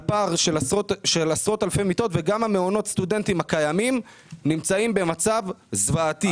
וגם הרבה מאוד מהמעונות הקיימים נמצאים במצב זוועתי.